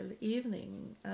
evening